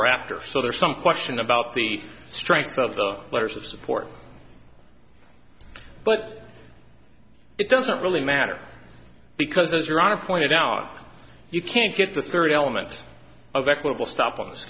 or after so there's some question about the strength of the letters of support but it doesn't really matter because as your honor pointed out you can't get the third element of equable stop on this